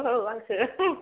औ आंसो